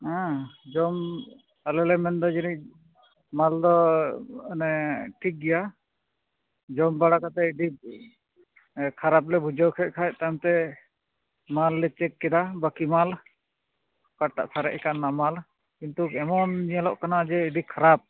ᱡᱚᱢ ᱟᱞᱮ ᱞᱮ ᱢᱮᱱᱮᱫᱟ ᱡᱟᱹᱱᱤᱡ ᱢᱟᱞ ᱫᱚ ᱚᱱᱮ ᱴᱷᱤᱠ ᱜᱮᱭᱟ ᱡᱚᱢ ᱵᱟᱲᱟ ᱠᱟᱛᱮ ᱟᱹᱰᱤ ᱠᱷᱟᱨᱟᱯ ᱞᱮ ᱵᱩᱡᱷᱟᱹᱣ ᱠᱮᱫᱠᱷᱟᱡ ᱛᱟᱭᱚᱢ ᱛᱮ ᱢᱟᱞᱮ ᱪᱮᱠ ᱠᱮᱫᱟ ᱵᱟᱠᱮ ᱢᱟᱞ ᱚᱠᱟᱴᱟᱜ ᱥᱟᱨᱮᱡ ᱟᱠᱟᱱ ᱚᱱᱟ ᱢᱟᱞ ᱠᱤᱱᱛᱩ ᱮᱢᱚᱱ ᱧᱮᱞᱚᱜ ᱠᱟᱱᱟ ᱡᱮ ᱟᱹᱰᱤ ᱠᱷᱟᱨᱟᱯ